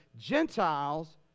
Gentiles